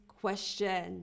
question